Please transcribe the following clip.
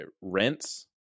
rents